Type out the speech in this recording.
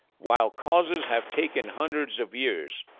while causes have taken hundreds of years,